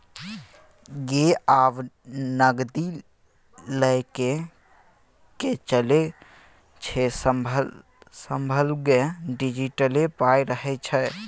गै आब नगदी लए कए के चलै छै सभलग डिजिटले पाइ रहय छै